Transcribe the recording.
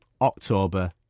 October